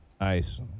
Nice